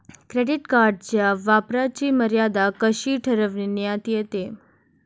Credit कार्डच्या वापराची मर्यादा कशी ठरविण्यात येते?